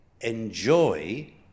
Enjoy